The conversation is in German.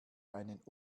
einen